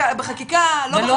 שנים מנסים, בחקיקה, לא בחקיקה.